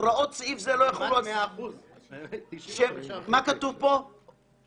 כולל מה-FDA ורשות הבריאות הבריטית ומשרד הבריאות בקנדה,